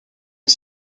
une